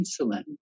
insulin